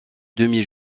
demi